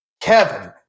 kevin